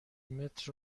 متر